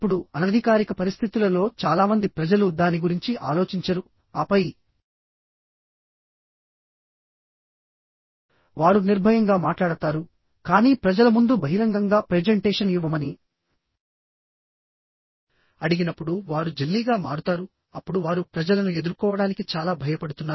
ఇప్పుడుఅనధికారిక పరిస్థితులలో చాలా మంది ప్రజలు దాని గురించి ఆలోచించరు ఆపై వారు నిర్భయంగా మాట్లాడతారు కానీ ప్రజల ముందు బహిరంగంగా ప్రెజెంటేషన్ ఇవ్వమని అడిగినప్పుడు వారు జెల్లీగా మారుతారుఅప్పుడు వారు ప్రజలను ఎదుర్కోవడానికి చాలా భయపడుతున్నారు